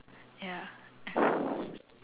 ya